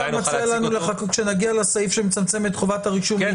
מציע לנו לחכות שנגיע לסעיף שמצמצם את חובת הרישום,